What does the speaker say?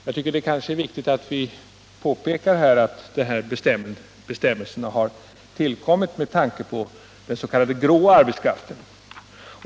Jag tycker det är viktigt att påpeka att bestämmelserna har tillkommit med tanke på den s.k. grå arbetskraften.